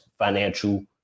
Financial